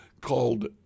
called